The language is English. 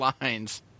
lines